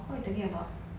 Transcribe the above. what you thinking about